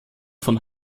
von